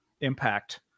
impact